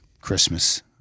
christmas